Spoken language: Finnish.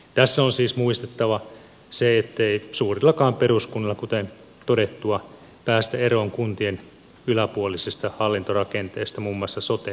tässä on siis muistettava se ettei suurillakaan peruskunnilla kuten todettua päästä eroon kuntien yläpuolisesta hallintorakenteesta muun muassa sote toiminnassa